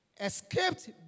escaped